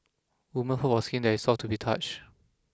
woman hope for skin that is soft to be touch